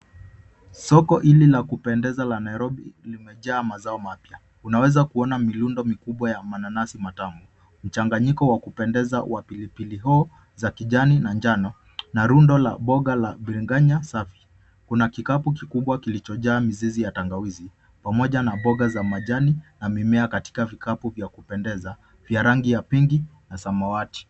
Sokohili la kupendeza la Nairobi limejaa mazao mapya. Tunaweza kuona mirundo mikubwa ya mananasi matamu, mchanganyiko wa kupendeza wa pilipili hoho za kijani na njano na rundo la mboga la biringanya safi. Kuna kikapu ikubwa kilichojaa mizizi ya tangawizi pamoja na mboga za majani katika vikapu vya kupendeza vya rangi ya pinki na samawati.